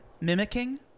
mimicking